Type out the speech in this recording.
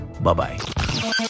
Bye-bye